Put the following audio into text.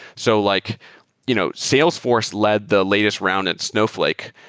so like you know salesforce led the latest round at snowflake,